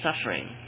suffering